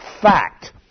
fact